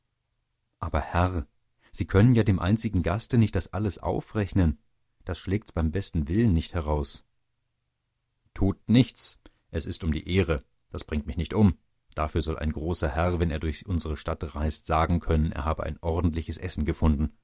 aber herr sie können ja dem einzigen gaste das nicht alles aufrechnen das schlägt's beim besten willen nicht heraus tut nichts es ist um die ehre das bringt mich nicht um dafür soll ein großer herr wenn er durch unsere stadt reist sagen können er habe ein ordentliches essen gefunden